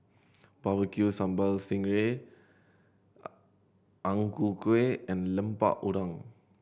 Barbecue Sambal sting ray Ang Ku Kueh and Lemper Udang